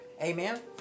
amen